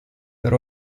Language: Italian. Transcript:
per